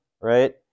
right